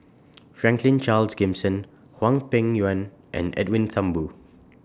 Franklin Charles Gimson Hwang Peng Yuan and Edwin Thumboo